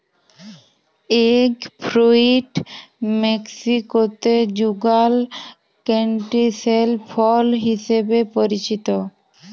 egg fruit মেক্সিকোতে যুগাল ক্যান্টিসেল ফল হিসেবে পরিচিত